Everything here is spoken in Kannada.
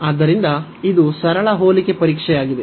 ಆದ್ದರಿಂದ ಇದು ಸರಳ ಹೋಲಿಕೆ ಪರೀಕ್ಷೆಯಾಗಿದೆ